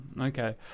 Okay